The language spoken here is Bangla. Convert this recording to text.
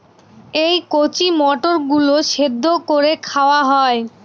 এই কচি মটর গুলো সেদ্ধ করে খাওয়া হয়